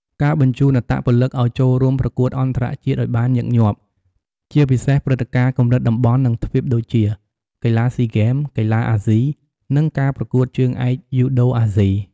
ការបញ្ជូនអត្តពលិកឲ្យចូលរួមប្រកួតអន្តរជាតិឲ្យបានញឹកញាប់ ជាពិសេសព្រឹត្តិការណ៍កម្រិតតំបន់ និងទ្វីបដូចជា កីឡាស៊ីហ្គេម កីឡាអាស៊ី និងការប្រកួតជើងឯកយូដូអាស៊ី ។